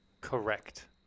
Correct